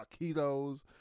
taquitos